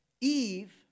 Eve